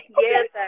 yes